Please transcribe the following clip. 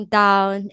down